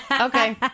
Okay